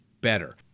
better